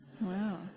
Wow